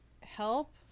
help